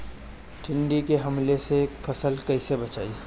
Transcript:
टिड्डी के हमले से फसल कइसे बची?